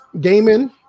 gaming